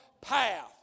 path